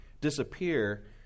disappear